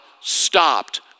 stopped